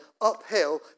uphill